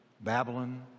Babylon